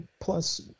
plus